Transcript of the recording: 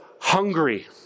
hungry